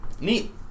neat